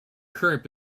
current